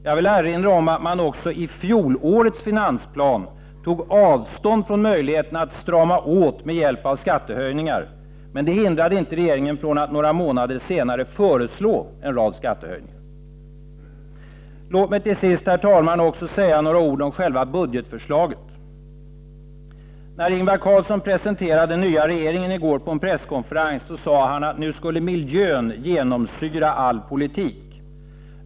Jag vill erinra om att man också i fjolårets finansplan tog avstånd från möjligheten att strama åt med hjälp av skattehöjningar, men det hindrade inte regeringen från att några månader senare föreslå en rad skattehöjningar. Herr talman! Låt mig till sist också säga några ord om själva budgetförslaget. När Ingvar Carlsson presenterade den nya regeringen i går på en presskonferens sade han att nu skulle miljön genomsyra all politik.